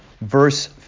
verse